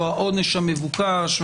או העונש המבוקש,